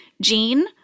Gene